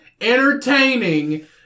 entertaining